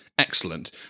excellent